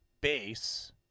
base